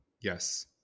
Yes